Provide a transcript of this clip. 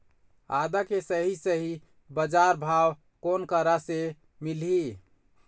आदा के सही सही बजार भाव कोन करा से मिलही?